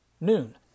noon